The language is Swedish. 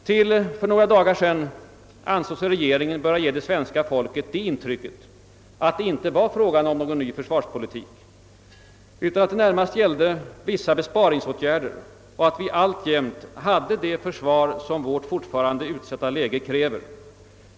Till för några dagar sedan ansåg sig regeringen böra ge det svenska folket intrycket att det inte var fråga om en ny försvarspolitik, utan att det närmast gällde vissa besparingsåtgärder och att vi alltjämt hade det försvar som vårt fortfarande utsatta läge krävde.